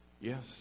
Yes